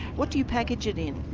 what do you package it in?